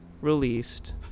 released